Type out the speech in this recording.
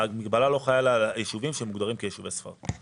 המגבלה לא חלה על היישובים שמוגדרים כיישובי ספר.